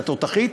התותחית,